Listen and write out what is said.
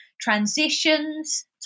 transitions